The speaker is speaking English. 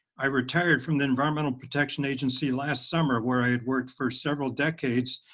i retired from the environmental protection agency last summer, where i had worked for several decades.